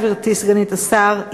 גברתי סגנית השר,